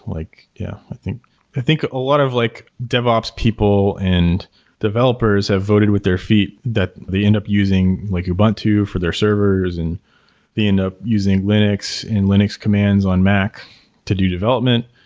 like yeah. i think think a lot of like devops people and developers have voted with their feet that they end up using like ubuntu for their servers and they end up using linux and linux commands on mac to do development.